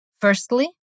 Firstly